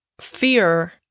Fear